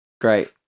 Great